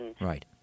Right